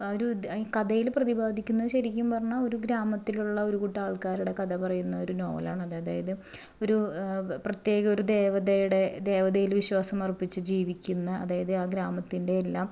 ഒരു കഥയിൽ പ്രതിപാദിക്കുന്നത് ശരിക്കും പറഞ്ഞാൽ ഒരു ഗ്രാമത്തിലുള്ള ഒരു കൂട്ടം ആള്ക്കാരുടെ കഥ പറയുന്ന ഒരു നോവൽ ആണത് അതായത് ഒരു പ്രത്യേക ഒരു ദേവതയുടെ ദേവതയില് വിശ്വാസമര്പ്പിച്ച് ജീവിക്കുന്ന അതായത് ആ ഗ്രാമത്തിന്റെയെല്ലാം